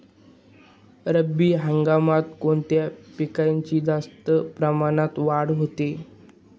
रब्बी हंगामात कोणत्या पिकांची जास्त प्रमाणात वाढ होते?